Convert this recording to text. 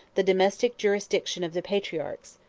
the domestic jurisdiction of the patriarchs,